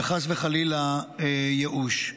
וחס וחלילה ייאוש.